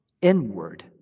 inward